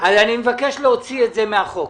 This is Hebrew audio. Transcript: --- אני מבקש להוציא את זה מהחוק.